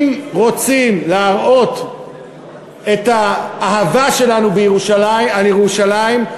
אם רוצים להראות את האהבה שלנו על ירושלים,